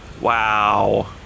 Wow